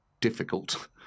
difficult